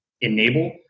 enable